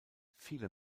viele